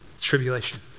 tribulation